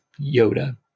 yoda